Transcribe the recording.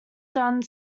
done